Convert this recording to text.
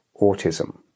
autism